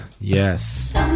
Yes